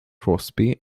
crosby